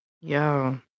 Yo